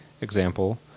Example